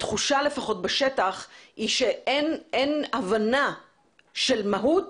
התחושה לפחות בשטח היא שאין הבנה של מהות